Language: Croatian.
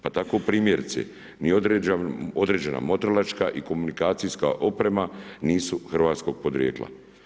Pa tako primjerice, ni određena motrilačka i komunikacijska oprema nisu hrvatskog podrijetla.